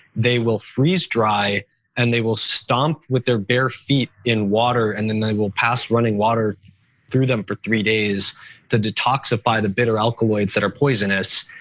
they will freeze dry and they will stomp with their bare feet in water and then they will pass running water through them for three days to detoxify the bitter alkaloids that are poisonous.